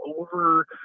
over